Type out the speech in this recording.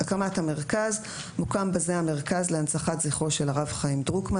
הקמת המרכז 3. מוקם בזה מרכז להנצחת זכרו של הרב חיים דרוקמן,